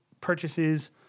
purchases